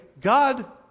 God